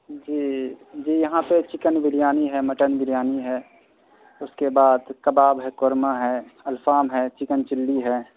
جی جی یہاں پہ چکن بریانی ہے مٹن بریانی ہے اس کے بعد کباب ہے قورمہ ہے الفام ہے چکن چلی ہے